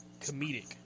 comedic